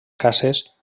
caces